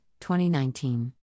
2019